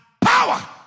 power